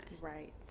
Right